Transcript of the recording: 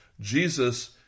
Jesus